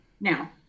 Now